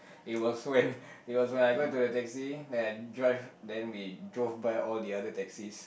it was when it was when I got into the taxi and drive and we drove by all the other taxis